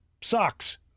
sucks